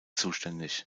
zuständig